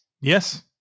Yes